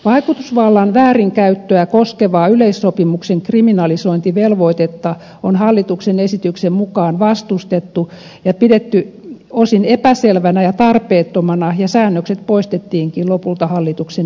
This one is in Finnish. vaikutusvallan väärinkäyttöä koskevaa yleissopimuksen kriminalisointivelvoitetta on hallituksen esityksen mukaan vastustettu ja pidetty osin epäselvänä ja tarpeettomana ja säännökset poistettiinkin lopulta hallituksen esityksestä